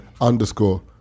underscore